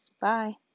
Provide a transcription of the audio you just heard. bye